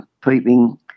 peeping